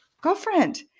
girlfriend